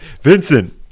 Vincent